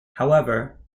however